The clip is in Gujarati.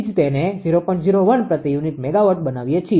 01 પ્રતિ યુનિટ મેગાવોટ બનાવીએ છીએ